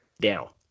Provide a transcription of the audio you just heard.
down